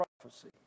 prophecy